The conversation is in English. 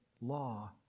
law